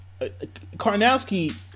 Karnowski